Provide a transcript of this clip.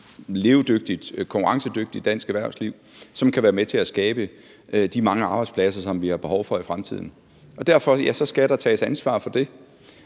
levedygtigt, konkurrencedygtigt dansk erhvervsliv, som kan være med til at skabe de mange arbejdspladser, som vi har behov for i fremtiden. Derfor skal der tages ansvar for det.